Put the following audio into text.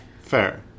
Fair